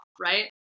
right